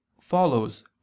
follows